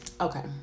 okay